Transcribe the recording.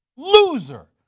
loser.